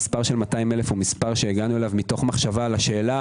המספר של 200,000 הגענו אליו מתוך מחשבה על השאלה,